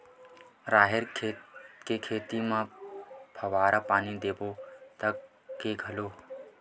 राहेर के खेती म फवारा पानी देबो के घोला?